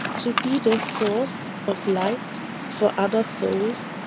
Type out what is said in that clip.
to be the source of light for other souls,